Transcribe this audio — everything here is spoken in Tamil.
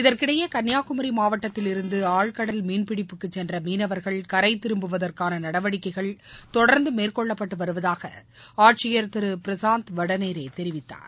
இதற்கிடையே கன்னியாகுமரி மாவட்டத்தில் இருந்து ஆழ்கடல் மீன்பிடிப்புக்கு சென்ற மீனவர்கள் கரை திரும்புவதற்கான நடவடிக்கைகள் தொடர்ந்து மேற்கொள்ளப்பட்டு வருவதாக ஆட்சியர் திரு பிரசாந்த் வடநேரே தெரிவித்தார்